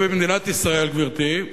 במדינת ישראל, גברתי,